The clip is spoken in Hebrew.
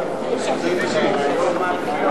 ההסתייגות לחלופין של